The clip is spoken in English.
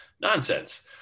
nonsense